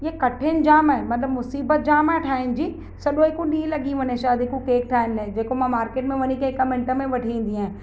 इहे कठिन जाम आहे मतिलबु मुसीबत जाम आहे ठाहिनि जी सॼो हिकु ॾींहुं लॻी वञे शायदि हिकु केक ठाहिण लाइ जेको मां मार्केट में वञी करे हिकु मिंट में वठी ईंदी आहियां